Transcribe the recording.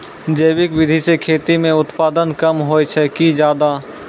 जैविक विधि से खेती म उत्पादन कम होय छै कि ज्यादा?